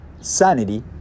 Sanity